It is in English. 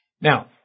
Now